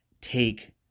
take